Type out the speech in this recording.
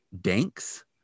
Danks